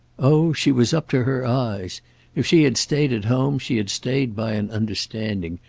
oh she was up to her eyes if she had stayed at home she had stayed by an understanding,